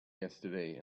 yesterday